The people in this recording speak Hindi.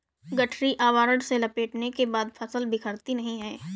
गठरी आवरण से लपेटने के बाद फसल बिखरती नहीं है